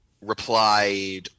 replied